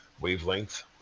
wavelength